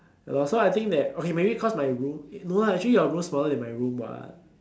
ya lor so I think that okay maybe cause my room eh no lah actually your room smaller than my room what